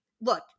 look